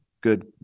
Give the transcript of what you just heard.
good